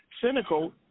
cynical